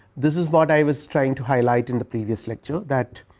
this is what i was trying to highlight in the previous lecture, that